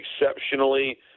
exceptionally